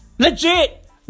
Legit